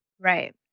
Right